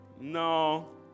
No